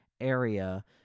area